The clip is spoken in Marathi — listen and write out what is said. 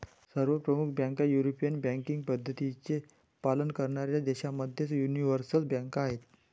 सर्व प्रमुख बँका युरोपियन बँकिंग पद्धतींचे पालन करणाऱ्या देशांमधील यूनिवर्सल बँका आहेत